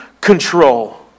control